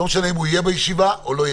לא משנה אם הוא יהיה בישיבה או לא,